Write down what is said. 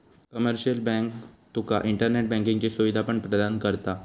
commercial bank तुका internet बँकिंगची सुवीधा पण प्रदान करता